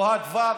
או עד כיתה ו',